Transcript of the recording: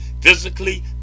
physically